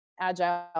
agile